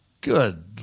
Good